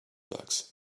bucks